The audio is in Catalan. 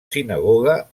sinagoga